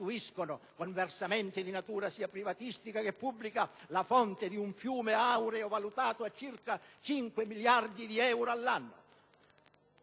costituiscono, con versamenti di natura sia privatistica che pubblica, la fonte di un fiume aureo valutato in circa 5 miliardi di euro all'anno: